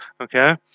okay